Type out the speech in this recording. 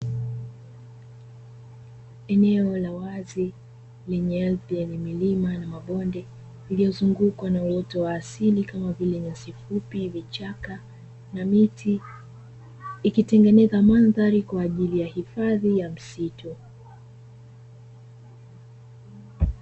Eneo la wazi lenye ardhi yenye milima na mabonde lililozungukwa na uoto wa asili kama vile; nyasi fupi, vichaka na miti ikitengeneza mandhari kwa ajili ya hifadhi ya msitu.